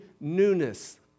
newness